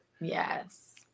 Yes